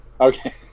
Okay